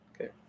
okay